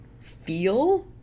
feel